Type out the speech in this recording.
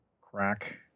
crack